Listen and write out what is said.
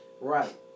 Right